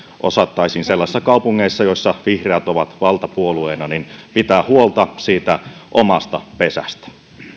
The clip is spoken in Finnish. osattaisiin sellaisissa kaupungeissa joissa vihreät ovat valtapuolueena pitää huolta siitä omasta pesästä